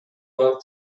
багып